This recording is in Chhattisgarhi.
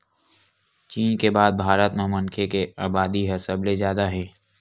चीन के बाद भारत म मनखे के अबादी ह सबले जादा हे